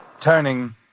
Turning